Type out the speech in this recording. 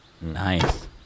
Nice